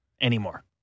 anymore